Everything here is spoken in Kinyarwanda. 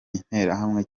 interahamwe